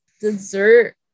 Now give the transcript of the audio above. dessert